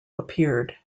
appeared